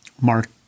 Mark